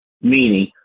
meaning